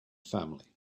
family